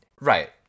right